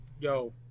Yo